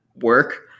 work